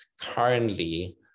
Currently